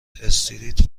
استریت